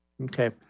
Okay